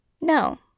No